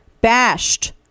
Bashed